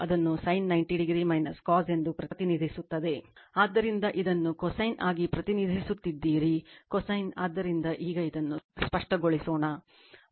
ಆದ್ದರಿಂದ ಇದನ್ನು cosine ಆಗಿ ಪ್ರತಿನಿಧಿಸುತ್ತಿದ್ದೀರಿ cosine ಆದ್ದರಿಂದ ಈಗ ಅದನ್ನು ಸ್ಪಷ್ಟಗೊಳಿಸೋಣ